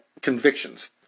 convictions